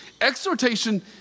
Exhortation